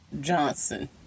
Johnson